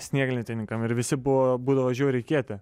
snieglentininkam ir visi buvo būdavo žiauriai kieti